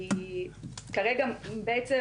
כי כרגע בעצם,